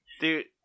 dude